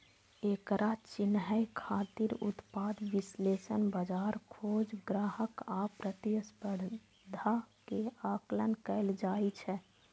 एकरा चिन्है खातिर उत्पाद विश्लेषण, बाजार खोज, ग्राहक आ प्रतिस्पर्धा के आकलन कैल जाइ छै